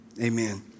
Amen